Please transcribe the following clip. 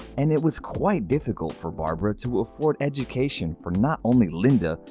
and it was quite difficult for barbara to afford education for not only linda,